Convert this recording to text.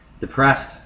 depressed